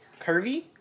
Curvy